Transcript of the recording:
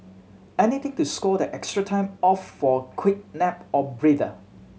anything to score that extra time off for a quick nap or breather